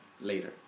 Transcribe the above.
later